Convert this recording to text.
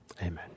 amen